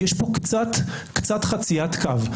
יש פה קצת חציית קו.